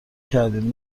کردیم